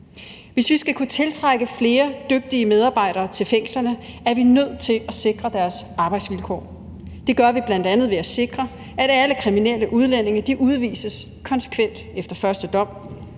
Hvis vi skal kunne tiltrække flere dygtige medarbejdere til fængslerne, er vi nødt til at sikre deres arbejdsvilkår, og det gør vi bl.a. ved at sikre, at alle kriminelle udlændinge udvises konsekvent efter første dom.